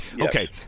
Okay